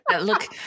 Look